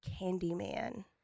Candyman